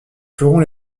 ferons